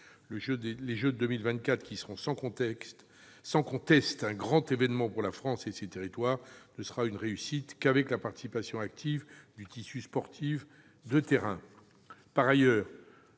Les jeux de 2024, qui seront sans conteste un grand événement pour la France et ses territoires, ne seront une réussite qu'avec la participation active du tissu sportif de terrain.